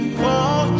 call